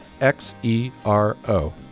xero